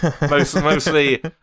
Mostly